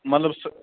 مطلب سہ